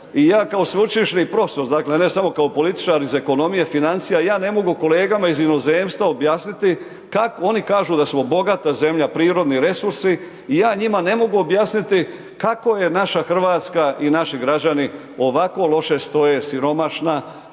I ja kao sveučilišni profesor, dakle, ne samo kao političar iz ekonomije, financija, ja ne mogu kolegama iz inozemstva, objasniti, kako oni kažu da smo bogata zemlja, prirodni resursi i ja njima ne mogu objasniti, kako je naša Hrvatska i naši građani, ovako loše stoje, siromašna,